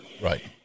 Right